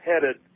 headed